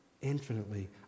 infinitely